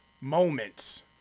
moments